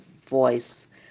voice